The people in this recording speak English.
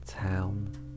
town